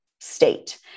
state